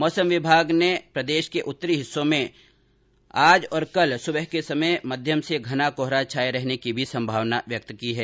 मौसम विभाग ने प्रदेश के उत्तरी हिस्सों में दो दिन सुबह के समय मध्यम से घना कोहरा छाये रहने की भी संभावना व्यक्त की है